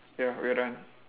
ya we're done